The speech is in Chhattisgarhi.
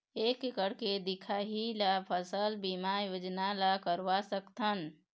एक एकड़ के दिखाही ला फसल बीमा योजना ला करवा सकथन?